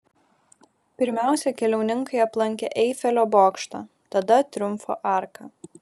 pirmiausia keliauninkai aplankė eifelio bokštą tada triumfo arką